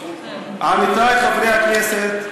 עמיתי חברי הכנסת,